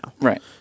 Right